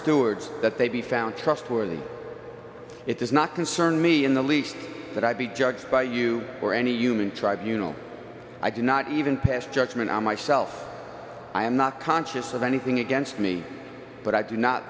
stewards that they be found trustworthy it does not concern me in the least that i be judged by you or any human tribunals i do not even pass judgement on myself i am not conscious of anything against me but i do not